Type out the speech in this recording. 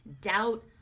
doubt